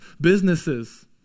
businesses